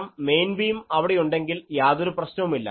കാരണം main beam അവിടെയുണ്ടെങ്കിൽ യാതൊരു പ്രശ്നവുമില്ല